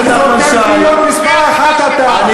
מספר אחת אתה.